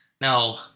Now